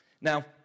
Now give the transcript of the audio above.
Now